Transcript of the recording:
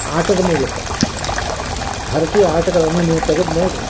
ಆಟದ ಮೂಲಕ ಭಾರತೀಯ ಆಟಗಳನ್ನು ನೀವು ತೆಗೆದು ನೋಡಿರಿ